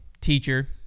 teacher